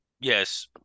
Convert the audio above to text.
Yes